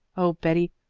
oh, betty,